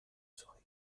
serais